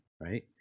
Right